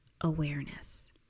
awareness